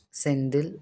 सेन्थिलः